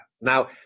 now